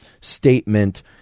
statement